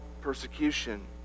persecution